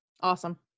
Awesome